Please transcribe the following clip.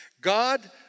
God